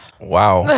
Wow